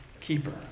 keeper